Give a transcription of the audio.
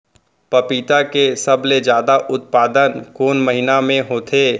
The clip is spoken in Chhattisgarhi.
पपीता के सबले जादा उत्पादन कोन महीना में होथे?